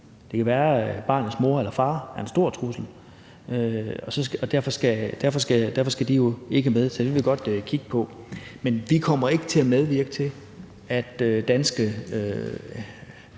Det er værre, at barnets mor eller far er en stor trussel, og derfor skal de jo ikke med, så det vil vi godt kigge på. Men vi kommer ikke til at medvirke til, at såkaldt